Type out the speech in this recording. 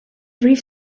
brief